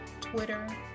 Twitter